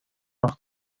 noch